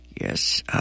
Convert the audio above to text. Yes